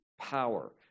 power